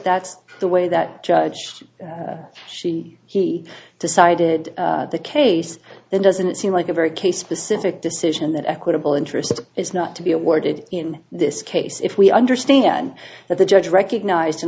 that's the way that judge she he decided the case that doesn't seem like a very case specific decision that equitable interest is not to be awarded in this case if we understand and that the judge recogniz